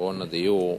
לפתרון הדיור,